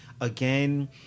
Again